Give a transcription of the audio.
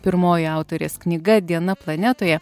pirmoji autorės knyga diena planetoje